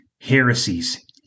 heresies